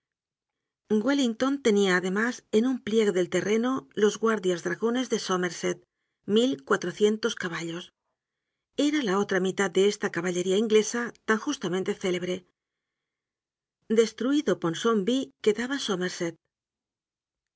waterlóo wellington tenia además en un pliegue del terreno los guardias dragones de somerset mil cuatrocientos caballos erala otra mitad de esta caballería inglesa tan justamente célebre destruido ponsomby quedaba somerset